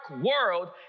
world